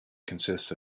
consists